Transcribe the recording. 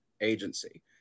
agency